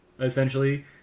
essentially